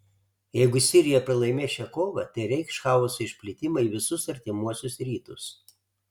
jeigu sirija pralaimės šią kovą tai reikš chaoso išplitimą į visus artimuosius rytus